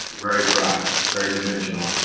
very broad, very dimensional.